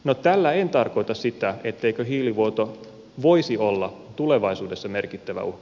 no tällä en tarkoita sitä etteikö hiilivuoto voisi olla tulevaisuudessa merkittävä uhka